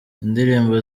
indirimbo